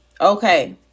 okay